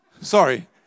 Sorry